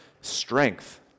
Strength